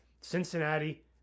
Cincinnati